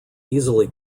easily